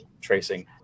tracing